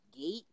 gate